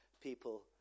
people